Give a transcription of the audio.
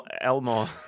Elmo